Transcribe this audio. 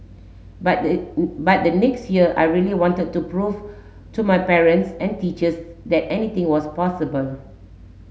but the but the next year I really wanted to prove to my parents and teachers that anything was possible